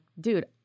dude